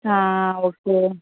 okay